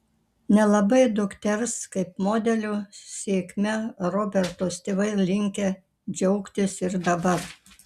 nelabai dukters kaip modelio sėkme robertos tėvai linkę džiaugtis ir dabar